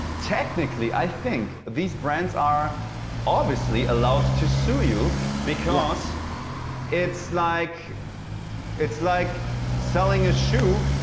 technically i think these brands are obviously allowed to sue you because it's like it's like selling a shoes,